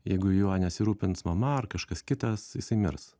jeigu juo nesirūpins mama ar kažkas kitas jisai mirs